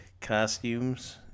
costumes